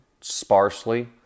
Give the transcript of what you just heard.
sparsely